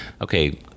Okay